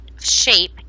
shape